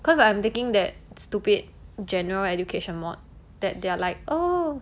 cause I'm taking that stupid general education mod that they're like oh